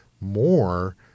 more